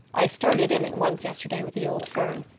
i started in at once yesterday with the old firm.